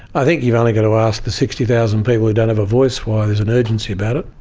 i think you've only got to ask the sixty thousand people who don't have a voice why an urgency about it.